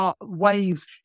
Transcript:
waves